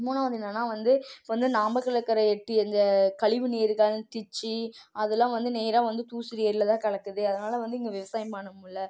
மூணாவது என்னென்னா வந்து வந்து நாமக்கல்லில் இருக்கிற எட்டு எந்த கழிவுநீர்கள் டிச்சி அதெல்லாம் வந்து நேராக வந்து தூசூர் ஏரியில் தான் கலக்குது அதனால வந்து இங்கே விவசாயம் பண்ண முடில